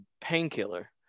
Painkiller